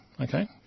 okay